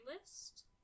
list